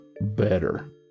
better